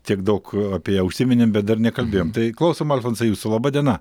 tiek daug apie ją užsiminėm bet dar nekalbėjom tai klausom alfonsai jūsų laba diena